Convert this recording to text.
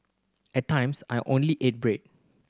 at times I only ate bread